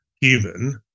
human